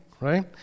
right